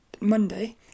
Monday